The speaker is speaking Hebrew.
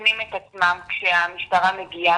ומסכנים את עצמם כשהמשטרה מגיעה.